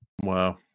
Wow